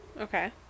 Okay